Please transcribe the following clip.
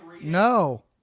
No